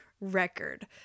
Record